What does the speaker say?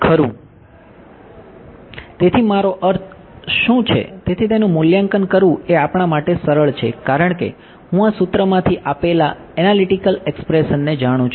ખરું તેથી મારો અર્થ શું છે તેથી તેનું મૂલ્યાંકન કરવું એ આપણાં માટે સરળ છે કારણ કે હું આ સૂત્રમાંથી આપેલા એનાલિટિકલ એક્સપ્રેશન ને જાણું છું